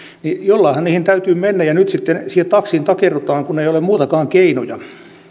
niin jollainhan niihin täytyy mennä ja nyt sitten siihen taksiin takerrutaan kun ei ole muitakaan keinoja